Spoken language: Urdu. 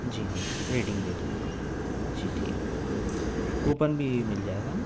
جی ہاں ریٹنگ دے دوں گا جی ٹھیک کوپن بھی مل جائے گا نہ